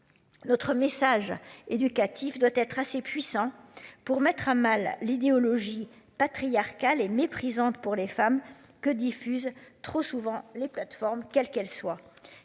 L'autre message éducatif doit être assez puissant pour mettre à mal l'idéologie patriarcale et méprisante pour les femmes que diffuse trop souvent les plateformes quelle qu'elle soit.